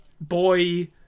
boy